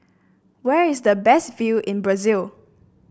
where is the best view in Brazil